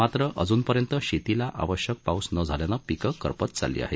मात्र अजुनपर्यंत शेतीला आवश्यक पाऊस न झाल्यानं पिकं करपत चालली आहेत